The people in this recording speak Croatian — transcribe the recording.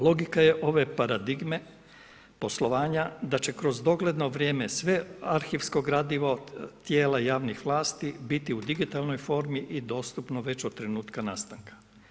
Logika je ova paradigme poslovanja da će kroz dogledno vrijeme svo arhivsko gradivo tijela javnih vlasti biti u digitalnoj formi i dostupno već od trenutka nastanka.